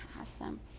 awesome